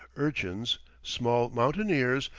urchins, small mountaineers,